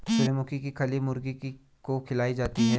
सूर्यमुखी की खली मुर्गी को खिलाई जाती है